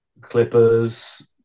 Clippers